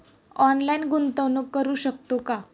Online गुंतवणूक करू शकतो का?